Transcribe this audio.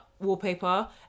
wallpaper